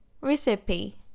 Recipe